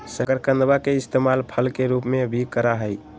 शकरकंदवा के इस्तेमाल फल के रूप में भी करा हई